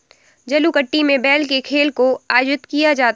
जलीकट्टू में बैल के खेल को आयोजित किया जाता है